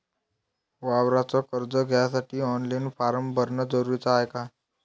वावराच कर्ज घ्यासाठी ऑनलाईन फारम भरन जरुरीच हाय का?